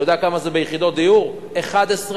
אתה יודע כמה זה ביחידות דיור, פחות